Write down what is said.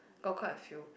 got quite a few